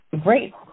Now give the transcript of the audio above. great